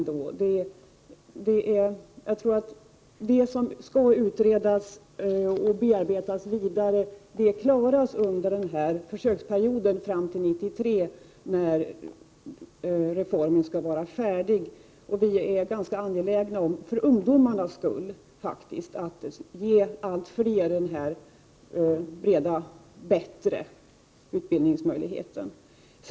Det som skall utredas och bearbetas vidare hinns med under försöksperioden fram till 1993, när reformen skall vara färdig. Vi är — för ungdomarnas skull — faktiskt ganska angelägna om att ge allt fler möjlighet att ta del av denna breda och bättre utbildning.